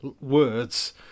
words